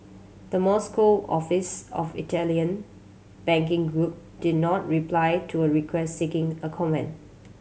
the Moscow office of Italian banking group did not reply to a request seeking a comment